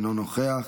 אינו נוכח.